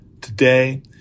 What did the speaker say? Today